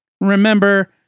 Remember